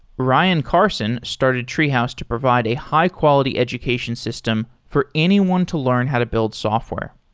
ryan carson started treehouse to provide a high-quality education system for anyone to learn how to build software.